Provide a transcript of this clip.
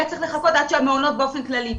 צריך לחכות עד שהמעונות באופן כללי יפתחו.